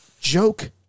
joke